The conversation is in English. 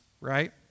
right